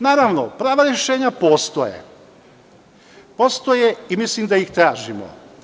Naravno, prava rešenja postoje, postoje i mislim da ih tražimo.